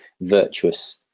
virtuous